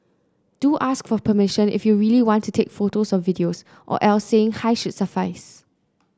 do ask for permission if you really want to take photos or videos or else saying hi should suffice